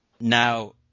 Now